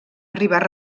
arribar